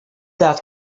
that